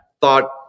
thought